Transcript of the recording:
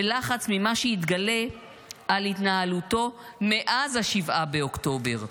בלחץ ממה שיתגלה על התנהלותו מאז ה-7 באוקטובר.